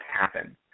happen